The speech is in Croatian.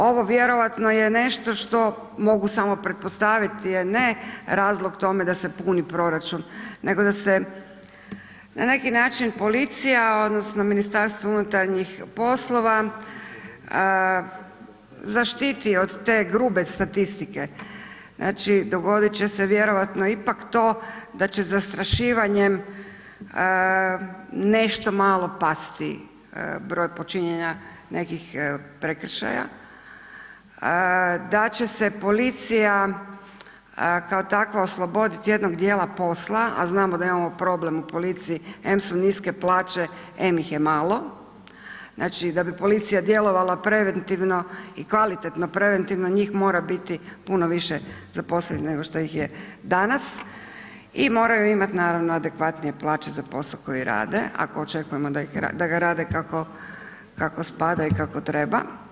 Ovo vjerojatno je nešto što mogu samo pretpostaviti je ne razlog tome da se puni proračun, nego da se na neki način policija odnosno MUP zaštiti od te grube statistike, znači dogodit će se vjerojatno ipak to da će zastrašivanjem nešto malo pasti broj počinjenja nekih prekršaja, da će se policija kao takva oslobodit jednog dijela posla, a znamo da imamo problem u policiji, em su niske plaće, em ih je malo, znači da bi policija djelovala preventivno i kvalitetno, preventivno njih mora biti puno više zaposlenih nego što ih je danas i moraju imat naravno adekvatnije plaće za posao koji rade ako očekujemo da ga rade kako spada i kako treba.